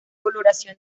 coloración